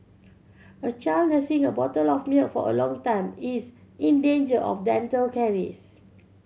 a child nursing a bottle of milk for a long time is in danger of dental caries